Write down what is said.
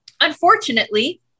Unfortunately